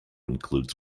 includes